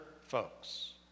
folks